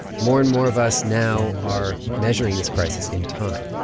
more and more of us now are measuring this crisis in time,